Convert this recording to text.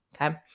Okay